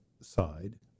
side